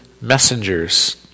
messengers